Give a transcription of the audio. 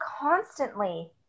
constantly